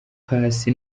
paccy